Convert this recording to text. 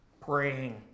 praying